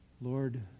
Lord